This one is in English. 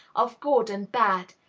of good and bad,